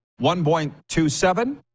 1.27